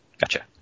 Gotcha